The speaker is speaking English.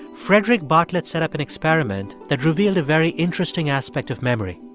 frederic bartlett set up an experiment that revealed a very interesting aspect of memory.